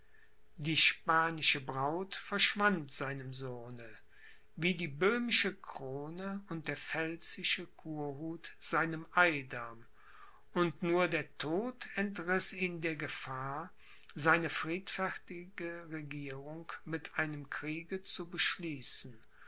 die spanische braut verschwand seinem sohne wie die böhmische krone und der pfälzische kurhut seinem eidam und nur der tod entriß ihn der gefahr seine friedfertige regierung mit einem kriege zu beschließen